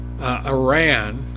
Iran